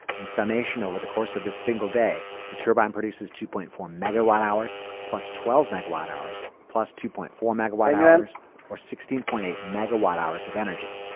in summation over the course of this single day, the turbine produces two point four megawatt hours, plus twelve megawatt hours, plus two point four megawatt hours or sixteen point eight megawatt hours of energy.